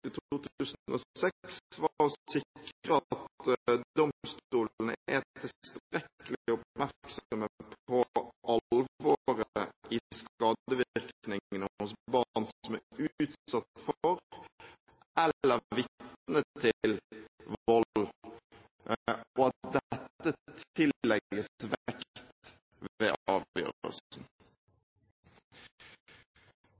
2006, var å sikre at domstolene er tilstrekkelig oppmerksomme på alvoret i skadevirkningene hos barn som er utsatt for, eller vitne til, vold, og at dette tillegges vekt ved